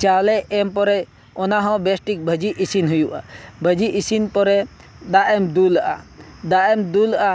ᱪᱟᱣᱞᱮ ᱮᱢ ᱯᱚᱨᱮ ᱚᱱᱟᱦᱚᱸ ᱵᱮᱥᱴᱷᱤᱠ ᱵᱷᱟᱹᱡᱤ ᱤᱥᱤᱱ ᱦᱩᱭᱩᱜᱼᱟ ᱵᱷᱟᱹᱡᱤ ᱤᱥᱤᱱ ᱯᱚᱨᱮ ᱫᱟᱜᱼᱮᱢ ᱫᱩᱞᱟᱜᱼᱟ ᱫᱟᱜᱼᱮᱢ ᱫᱩᱞᱟᱜᱼᱟ